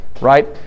Right